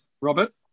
Robert